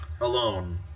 Alone